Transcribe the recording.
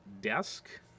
desk